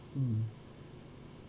mm